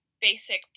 basic